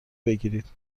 بگیرید